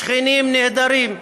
שכנים נהדרים,